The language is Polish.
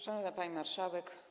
Szanowna Pani Marszałek!